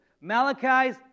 Malachi's